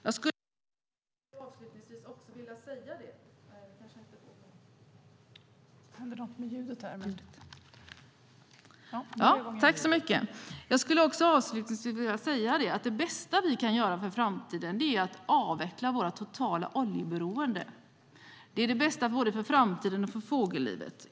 Jag skulle avslutningsvis också vilja säga att det bästa vi kan göra för framtiden är att avveckla vårt totala oljeberoende. Det är det bästa både för framtiden och för fågellivet.